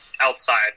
outside